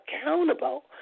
accountable